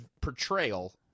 portrayal